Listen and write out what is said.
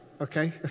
okay